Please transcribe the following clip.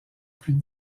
plus